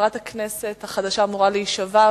חברת הכנסת החדשה אמורה להישבע,